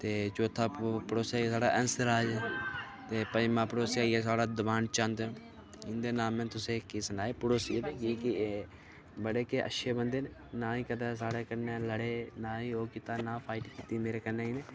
ते चौथा पड़ोसी आइया साढ़ा हंसराज ते पंञमां पड़ोसी आइया साढ़ा दिवान चंद इं'दे नांऽ में तुसें ई कीऽ सनाए के एह् पड़ोसी न साढ़े बड़े गै अच्छे बंदे न ना ई कदें साढ़े कन्नै लड़े ना ई ओह् कीता ना ई फाईट कीती मेरे कन्नै गै